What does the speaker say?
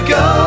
go